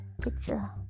picture